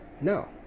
No